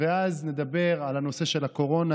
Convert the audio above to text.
ואז נדבר על נושא הקורונה,